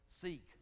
Seek